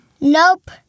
Nope